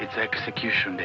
it's execution